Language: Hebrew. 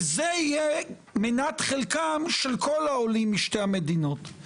וזה יהיה מנת חלקם שלכל העולים משתי המדינות.